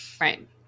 Right